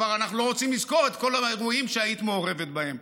אנחנו כבר לא רוצים לזכור את כל האירועים שהיית מעורבת בהם.